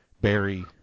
Barry